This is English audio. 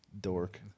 dork